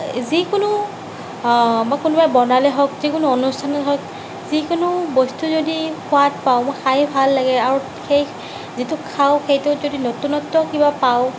যিকোনো মই কোনোবাই বনালে হওক যিকোনো অনুষ্ঠানত হওক যিকোনো বস্তু যদি সোৱাদ পাওঁ মই খাই ভাল লাগে আৰু সেই যিটো খাওঁ সেইটোত যদি নতুনত্বও কিবা পাওঁ